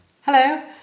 Hello